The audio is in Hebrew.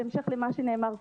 בהמשך למה שנאמר קודם,